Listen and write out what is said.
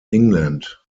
england